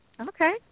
Okay